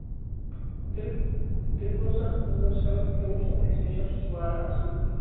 تیٚلہِ تیٚلہِ گوٚو سر نوٹ سیوَن پرٛو سُہ اَسہِ نِش سُہ چھُ واراہ اَصٕل فون